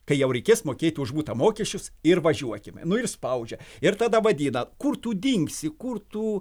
kai jau reikės mokėti už butą mokesčius ir važiuokime nu ir spaudžia ir tada vadina kur tu dingsi kur tų